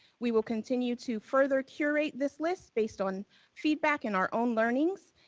we will continue to further curate this list based on feedback in our own learnings.